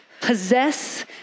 possess